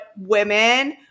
women